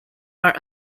are